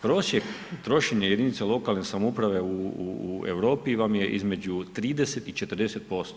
Prosjek trošenja jedinice lokalne samouprave u Europi vam je između 30 i 40%